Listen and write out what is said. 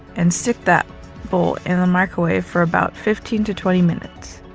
and stick that bowl in the microwave for about fifteen to twenty minutes.